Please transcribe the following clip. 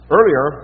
Earlier